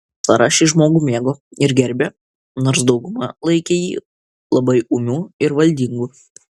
sara šį žmogų mėgo ir gerbė nors dauguma laikė jį labai ūmiu ir valdingu